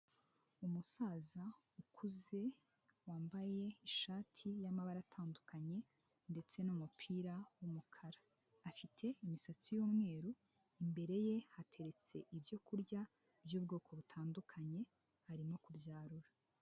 Umusaza ukuze, wambaye ishati y'amabara atandukanye, ndetse n'umupira w'umukara. Afite imisatsi y'umweru, imbere ye hateretse ibyo kurya by'ubwoko butandukanye, arimo kubyarura.